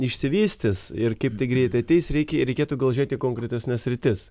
išsivystys ir kaip tai greitai ateis reikia reikėtų gal žiūrėti konkretesnes sritis